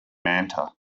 manta